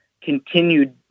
continued